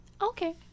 okay